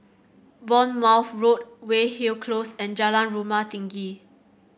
Bournemouth Road Weyhill Close and Jalan Rumah Tinggi